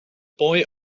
boy